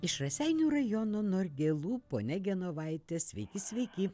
iš raseinių rajono norgėlų ponia genovaitė sveiki sveiki